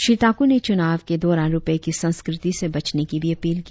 श्री ताकु ने चूनाव के दौरान रुपये की संस्कृति से बचने की भी अपील की